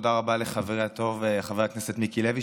תודה רבה לחברי הטוב חבר הכנסת מיקי לוי,